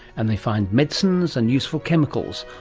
and they find medicines and useful chemicals,